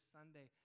Sunday